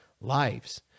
lives